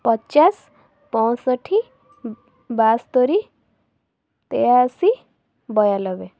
ପଚାଶ ପଞ୍ଚଷଠି ବାସ୍ତୋରି ତେୟାଅଶୀ ବୟାନବେ